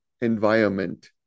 environment